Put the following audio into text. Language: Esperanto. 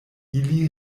ili